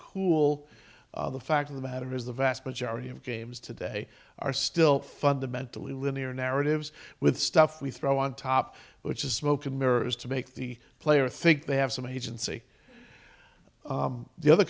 who'll the fact of the matter is the vast majority of games today are still fundamentally linear narratives with stuff we throw on top which is smoke and mirrors to make the player think they have some agency the other